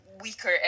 Weaker